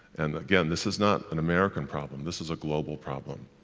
and again, this is not an american problem, this is a global problem.